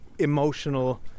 emotional